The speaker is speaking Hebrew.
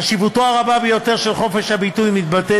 חשיבותו הרבה ביותר של חופש הביטוי מתבטאת